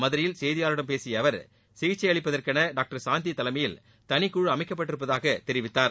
மதுரையில் செய்தியாளர்களிடம் பேசிய அவர் சிகிச்சை அளிப்பதற்கென டாக்டர் சாந்தி தலைமையில் தனிக்குழு அமைக்கப்பட்டிருப்பதாக தெரிவித்தார்